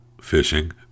fishing